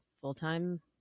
full-time